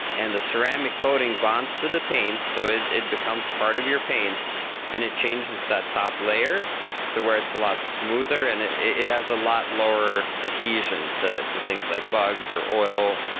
and the ceramic coating bonds to the paint. so it it becomes part of your paint and it changes that top layer to where it's a lot smoother and it has a lot lower adhesion to things like bugs or oil,